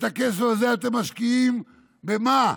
את הכסף הזה אתם משקיעים במה?